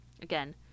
again